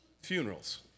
funerals